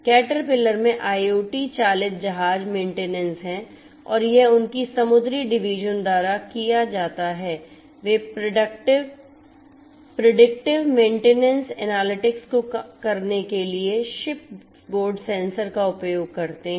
caterpillar में IoT चालित जहाज मेंटेनेंस है और यह उनके समुद्री डिवीजन द्वारा किया जाता है वे प्रेडिक्टिव मेंटेनेंस एनालिटिक्स को करने के लिए शिप बोर्ड सेंसर का उपयोग करते हैं